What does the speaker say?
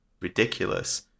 ridiculous